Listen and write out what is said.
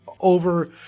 over